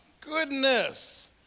goodness